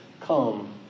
come